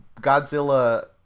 Godzilla